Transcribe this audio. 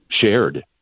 shared